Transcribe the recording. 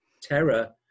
terror